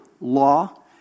law